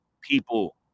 people